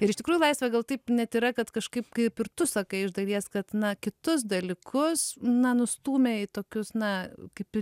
ir iš tikrųjų laisvė gal taip net yra kad kažkaip kaip ir tu sakai iš dalies kad na kitus dalykus na nustūmė į tokius na kaip